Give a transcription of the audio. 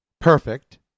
perfect